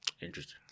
Interesting